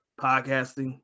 podcasting